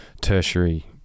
tertiary